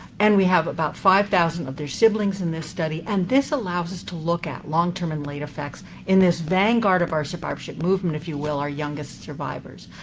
and we have about five thousand of their siblings in this study, and this allows us to look at long-term and late effects in this vanguard of our survivorship movement, if you will, our youngest survivors.